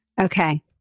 Okay